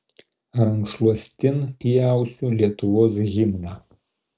rankšluostin įausiu lietuvos himną